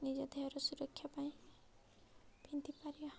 ନିଜ ଦେହର ସୁରକ୍ଷା ପାଇଁ ପିନ୍ଧିପାରିବା